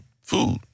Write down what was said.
food